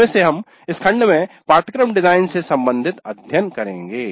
इनमें से हम इस खंड में पाठ्यक्रम डिजाइन से सम्बंधित अध्य्यन करेंगे